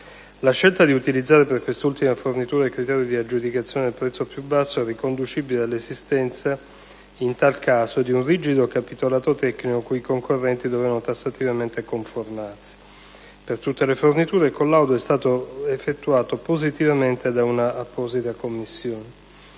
La scelta di utilizzare, per quest'ultima fornitura, il criterio di aggiudicazione del prezzo più basso è riconducibile all'esistenza, in tal caso, di un rigido capitolato tecnico, al quale i concorrenti dovevano tassativamente conformarsi. Per tutte le forniture, il collaudo è stato positivamente effettuato da un'apposita commissione.